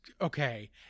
okay